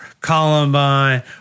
Columbine